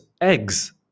eggs